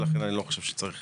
ולכן אני לא חושב שצריך